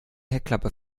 heckklappe